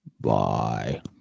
Bye